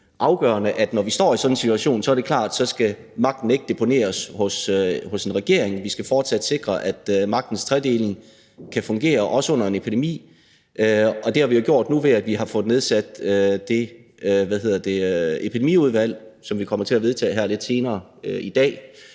afgørende, nemlig at når vi står i sådan en situation, så er det klart, at magten ikke skal deponeres hos regeringen; vi skal fortsat sikre, at magtens tredeling kan fungere, også under en epidemi. Og det har vi jo gjort nu, ved at vi har fået nedsat det her Epidemiudvalg, som vi kommer til at vedtage her lidt senere i dag,